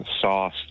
sauce